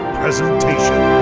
presentation